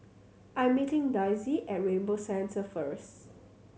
I'm meeting Daisie at Rainbow Centre first